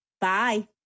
Bye